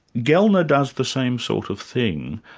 gellner does the same sort of thing,